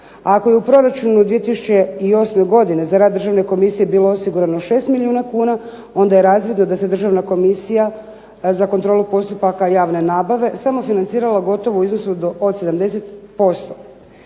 ako je u proračunu 2008. godine za rad Državne komisije bilo osigurano 6 milijuna kuna onda je razvidno da se Državna komisija za kontrolu postupaka javne nabave samofinancirala gotovo u iznosu od 70%.